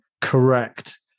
correct